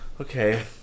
Okay